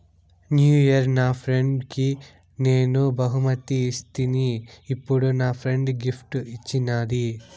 new year నా ఫ్రెండ్కి నేను బహుమతి ఇస్తిని, ఇప్పుడు నా ఫ్రెండ్ గిఫ్ట్ ఇచ్చిన్నాది